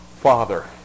Father